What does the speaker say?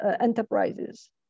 enterprises